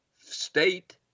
state